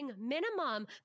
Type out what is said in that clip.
minimum